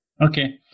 Okay